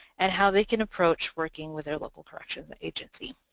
and how they can approach working with their local corrections agency.